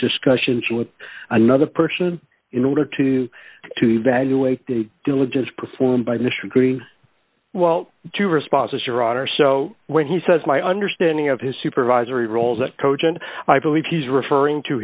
discussions with another person in order to to evaluate the diligence performed by mr green well two responses or so when he says my understanding of his supervisory roles at cochon i believe he's referring to